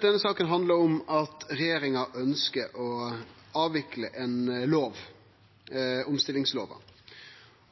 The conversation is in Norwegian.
Denne saka handlar om at regjeringa ønskjer å avvikle ei lov, omstillingslova.